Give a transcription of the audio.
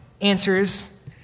answers